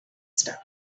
star